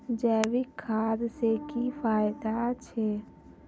जैविक खाद से की की फायदा छे?